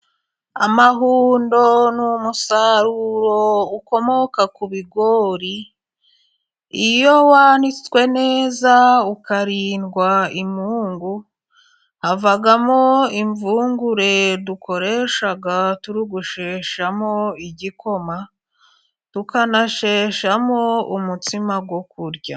Amahundo ni umusaruro ukomoka ku bigori, iyo wanitswe neza ukarindwa imungu, havamo imvungure dukoresha turi gusheshamo igikoma, tukanasheshamo umutsima wo kurya.